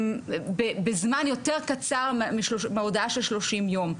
בזמן יותר קצר מההודעה של 30 יום.